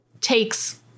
takes